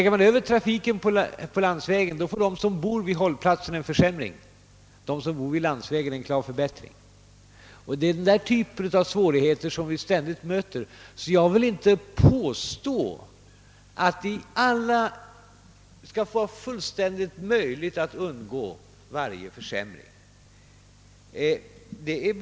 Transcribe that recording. Överflyttas trafi ken till landsvägen får de som bor vid hållplatsen en försämring och de som bor vid landsvägen en klar förbättring. Det är denna typ av svårigheter vi ständigt möter, och jag vill därför inte påstå, att det är helt möjligt att undvika en försämring för alla.